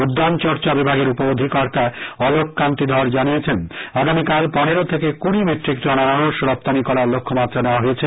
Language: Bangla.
উদ্যানচর্চা বিভাগের উপ অধিকর্তা অলক কান্তি ধর জানিয়েছেন আগামীকাল পনেরো থেকে কৃডি মেট্রিকটন আনারস রপ্তানি করার লক্ষ্যমাত্রা নেওয়া হয়েছে